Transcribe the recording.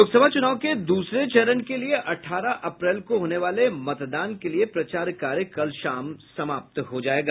लोकसभा चुनाव के दूसरे चरण के लिए अठारह अप्रैल को होने वाले मतदान के लिए प्रचार कार्य कल शाम समाप्त हो जायेगा